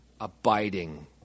abiding